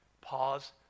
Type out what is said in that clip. Pause